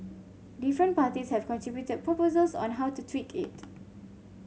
different parties have contributed proposals on how to tweak it